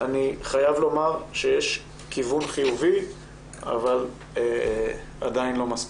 אני חייב לומר שיש כיוון חיובי אבל עדיין לא מספיק.